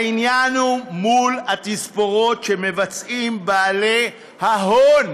העניין הוא מול התספורות שמבצעים בעלי ההון